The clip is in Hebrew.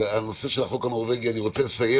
את הנושא של החוק הנורבגי אני רוצה לסיים